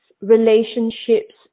relationships